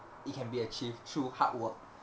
it can be achieved through hard work